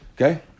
Okay